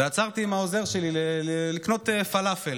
ועצרתי עם העוזר שלי לקנות פלאפל.